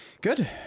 Good